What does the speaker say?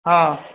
हँ